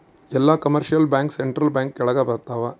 ಎಲ್ಲ commercial bank central bank ಕೆಳಗ ಬರತಾವ